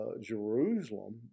Jerusalem